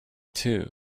too